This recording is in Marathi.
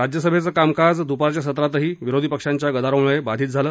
राज्यसभेचं कामकजात दुपारच्या सत्रातही विरोधी पक्षांच्या गदारोळामुळे अडथळे आले